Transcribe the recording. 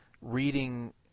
reading